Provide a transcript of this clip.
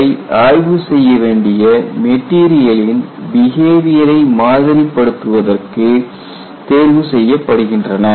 அவை ஆய்வு செய்யவேண்டிய மெட்டீரியலின் பிஹேவியரை மாதிரி படுத்துவதற்கு தேர்வு செய்யப்படுகின்றன